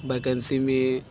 vacancy भी